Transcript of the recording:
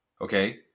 Okay